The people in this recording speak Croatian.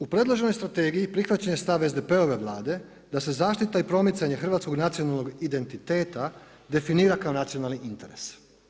U predloženoj strategiji prihvaćen je stav SDP-ove Vlade da se zaštita i promicanje hrvatskog nacionalnog identiteta definira kao nacionalni interes.